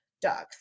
dogs